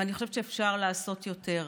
אבל אני חושבת שאפשר לעשות יותר.